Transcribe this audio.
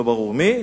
ולא ברור מי,